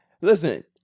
listen